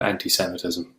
antisemitism